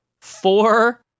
four